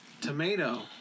tomato